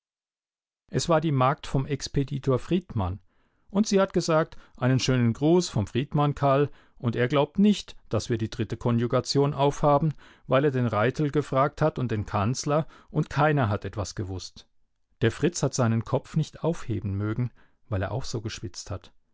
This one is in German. es war die magd vom expeditor friedmann und sie hat gesagt einen schönen gruß vom friedmann karl und er glaubt nicht daß wir die dritte konjugation aufhaben weil er den raithel gefragt hat und den kanzler und keiner hat etwas gewußt der fritz hat seinen kopf nicht aufheben mögen weil er auch so geschwitzt hat